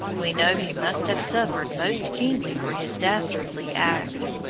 we know he must have suffered most keenly for his dastardly act.